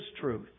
truth